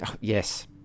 Yes